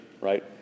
right